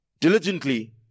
diligently